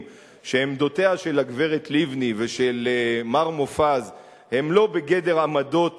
שעמדותיהם של הגברת לבני ושל מר מופז הן לא בגדר עמדות